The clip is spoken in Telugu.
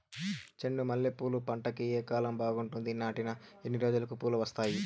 చెండు మల్లె పూలు పంట కి ఏ కాలం బాగుంటుంది నాటిన ఎన్ని రోజులకు పూలు వస్తాయి